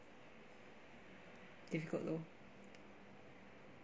difficult lo